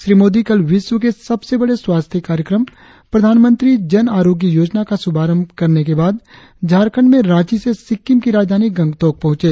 श्री मोदी कल विश्व के सबसे बड़े स्वास्थ्य कार्यक्रम प्रधानमंत्री जन आरोग्य योजना का शुभारंभ करने के बाद झारखंड में रांची से सिक्किम की राजधानी गंगतोक पहुचे